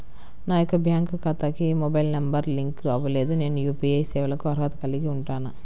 నా యొక్క బ్యాంక్ ఖాతాకి మొబైల్ నంబర్ లింక్ అవ్వలేదు నేను యూ.పీ.ఐ సేవలకు అర్హత కలిగి ఉంటానా?